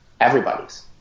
everybody's